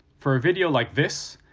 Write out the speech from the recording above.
for a video like this,